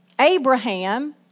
Abraham